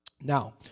Now